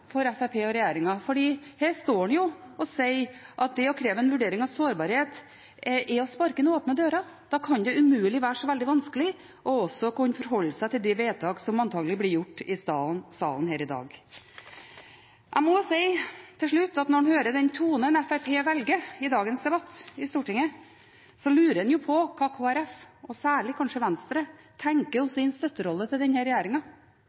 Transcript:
for Fremskrittspartiet og regjeringen, fordi her står de og sier at det å kreve en vurdering av sårbarhet, er å sparke inn åpne dører. Da kan det umulig være veldig vanskelig også å kunne forholde seg til de vedtak som antakelig blir gjort i salen her i dag. Jeg må til slutt si at når man hører den tonen Fremskrittspartiet velger i dagens debatt i Stortinget, lurer en på hva Kristelig Folkeparti, og særlig kanskje Venstre, tenker om sin støtterolle til